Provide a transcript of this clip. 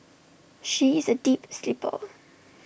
she is A deep sleeper